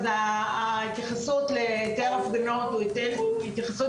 אז ההתייחסות להיתר ההפגנות היא התייחסות